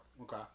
Okay